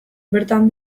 bertan